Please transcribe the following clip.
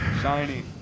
shiny